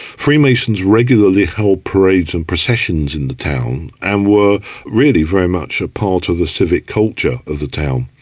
freemasons regularly held parades and processions in the town and were really very much a part of the civic culture of the town.